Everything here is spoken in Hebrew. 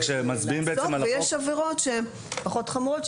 ויש עבירות שהן פחות חמורות,